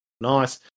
Nice